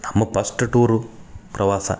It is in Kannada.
ನಮ್ಮ ಫಸ್ಟ್ ಟೂರು ಪ್ರವಾಸ